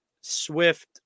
Swift